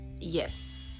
yes